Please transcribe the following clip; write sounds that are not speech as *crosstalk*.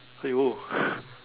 !aiyo! *breath*